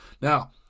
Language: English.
Now